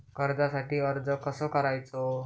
कर्जासाठी अर्ज कसो करायचो?